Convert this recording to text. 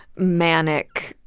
manic,